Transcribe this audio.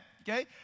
Okay